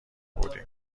بودیم